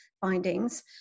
findings